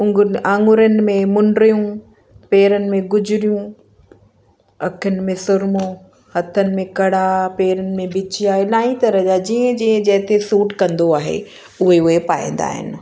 उंगुन में आंगुरियुनि में मुंडियूं पेरनि में गुजरियूं अखियुनि में सुर्मो हथनि में कड़ा पेरनि में बिछिया इलाही तरह जा जीअं जीअं जंहिं ते सूट कंदो आहे उहे उहे पाईंदा आहिनि